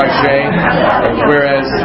whereas